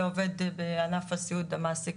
לעובד בענף הסיעוד המעסיק